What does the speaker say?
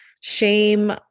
shame